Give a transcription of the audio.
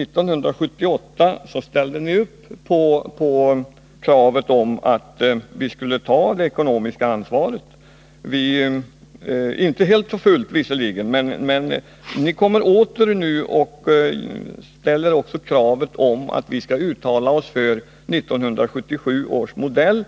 1978 ställde ni upp bakom förslaget att vi skulle ta en del av det ekonomiska ansvaret. Nu kräver ni att vi skall uttala oss för 1977 års modell.